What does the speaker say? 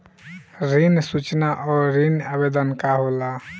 ऋण सूचना और ऋण आवेदन का होला?